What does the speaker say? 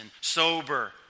sober